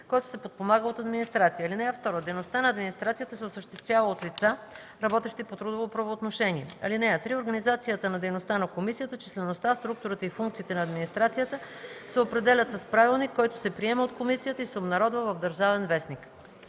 който се подпомага от администрация. (2) Дейността на администрацията се осъществява от лица, работещи по трудово правоотношение. (3) Организацията на дейността на комисията, числеността, структурата и функциите на администрацията се определят с правилник, който се приема от комисията и се обнародва в „Държавен вестник”.”